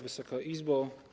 Wysoka Izbo!